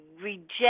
reject